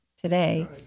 today